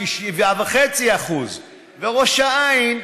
בכ-7.5%; ראש העין,